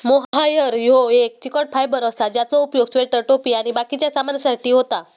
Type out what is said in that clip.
mohair ह्यो एक चिकट फायबर असा ज्याचो उपयोग स्वेटर, टोपी आणि बाकिच्या सामानासाठी होता